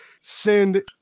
send